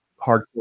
hardcore